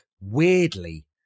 weirdly